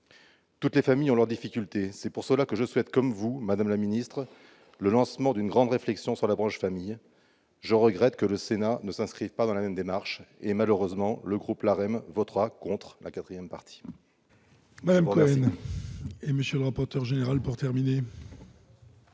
Toutes les familles ont leurs difficultés, c'est pourquoi je souhaite tout comme vous, madame la ministre, que soit lancée une grande réflexion sur la branche famille. Je regrette que le Sénat ne s'inscrive pas dans la même démarche. Pour cette raison, le groupe LREM votera contre la quatrième partie.